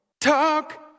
Talk